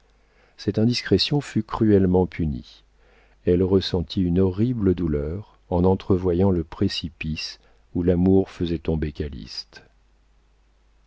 cette indiscrétion fut cruellement punie elle ressentit une horrible douleur en entrevoyant le précipice où l'amour faisait tomber